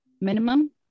minimum